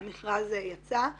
המכרז יצא,